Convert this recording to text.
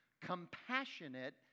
compassionate